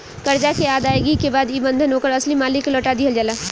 करजा के अदायगी के बाद ई बंधन ओकर असली मालिक के लौटा दिहल जाला